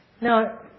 Now